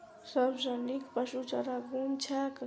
सबसँ नीक पशुचारा कुन छैक?